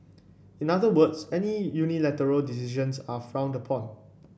in other words any unilateral decisions are frowned upon